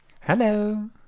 Hello